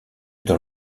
dans